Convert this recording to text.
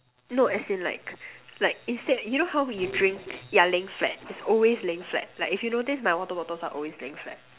no as in like like instead you know how we drink yeah laying flat it's always laying flat like if you notice my water bottles are always laying flat